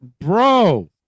bro